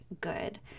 good